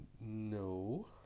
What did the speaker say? No